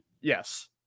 yes